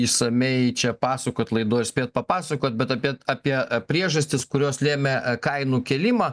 išsamiai čia pasakot laidoj spėt papasakot bet apie apie priežastis kurios lėmė kainų kėlimą